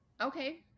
Okay